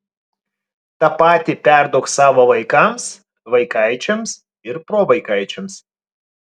tą patį perduok savo vaikams vaikaičiams ir provaikaičiams